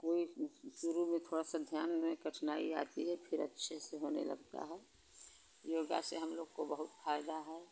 कोई शुरू में थोड़ा सा ध्यान में कठिनाई आती है फिर अच्छे से होने लगता है योगा से हम लोग को बहुत फ़ायदा है